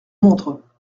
montre